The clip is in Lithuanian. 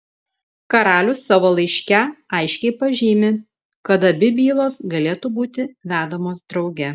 karalius savo laiške aiškiai pažymi kad abi bylos galėtų būti vedamos drauge